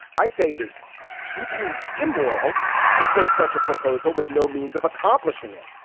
i say it is deeply immoral to float such a proposal with no means of accomplishing it.